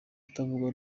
atavuga